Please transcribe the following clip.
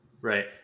right